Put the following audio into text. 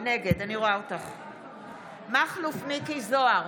נגד מכלוף מיקי זוהר,